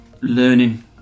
learning